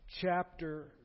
chapter